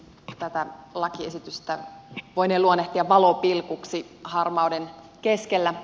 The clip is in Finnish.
tätä lakiesitystä voinee luonnehtia valopilkuksi harmauden keskellä